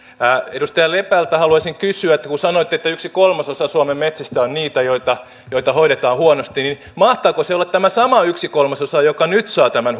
edustaja lepältä haluaisin kysyä kun sanoitte että yksi kolmasosa suomen metsistä on niitä joita joita hoidetaan huonosti mahtaako se olla tämä sama yksi kolmasosa joka nyt saa tämän